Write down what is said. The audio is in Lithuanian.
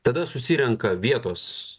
tada susirenka vietos